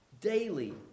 daily